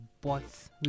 bots